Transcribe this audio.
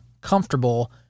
comfortable